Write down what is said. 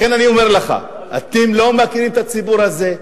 לכן אני אומר לך, אתם לא מכירים את הציבור הזה,